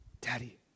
Daddy